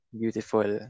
beautiful